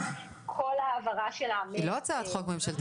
כל העברה שלה --- היא לא הצעת חוק ממשלתית,